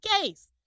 case